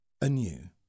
anew